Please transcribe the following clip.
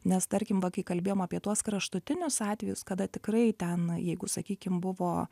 nes tarkim va kai kalbėjom apie tuos kraštutinius atvejus kada tikrai ten jeigu sakykim buvo